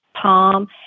Tom